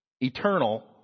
Eternal